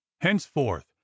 henceforth